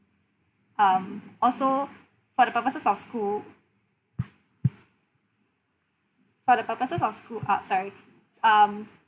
um also for the purposes of school for the purposes of school ah sorry um